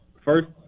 first